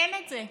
אין את זה,